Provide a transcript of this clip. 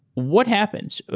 what happens?